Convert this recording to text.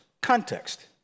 context